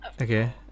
Okay